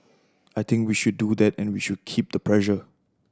I think we should do that and we should keep the pressure